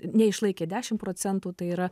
neišlaikė dešimt procentų tai yra